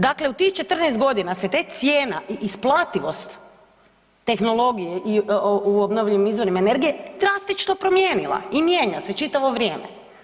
Dakle u tih 14 godina se te cijena i isplativost tehnologije u obnovljivim izvorima energije drastično promijenila i mijenja se čitavo vrijeme.